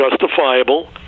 justifiable